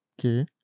Okay